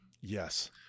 Yes